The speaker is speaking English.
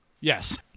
Yes